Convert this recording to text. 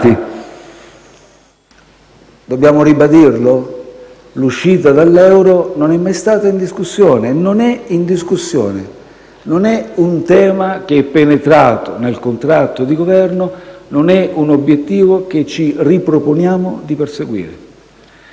Dobbiamo ribadirlo? L'uscita dall'euro non è mai stata in discussione e non è in discussione; non è un tema che è penetrato nel contratto di Governo e non è un obiettivo che ci riproponiamo di perseguire.